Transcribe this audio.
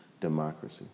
democracy